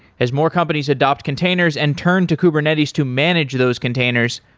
as more companies adopt containers and turn to kubernetes to manage those containers,